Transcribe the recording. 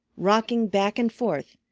rocking back and forth,